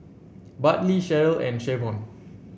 Bartley Sharyl and Shavon